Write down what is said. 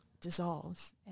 dissolves